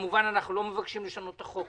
אנחנו כמובן לא מבקשים לשנות את החוק.